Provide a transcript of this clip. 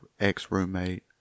ex-roommate